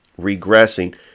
regressing